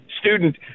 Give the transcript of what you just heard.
student